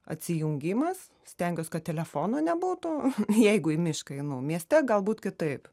atsijungimas stengiuos kad telefono nebūtų jeigu į mišką einu mieste galbūt kitaip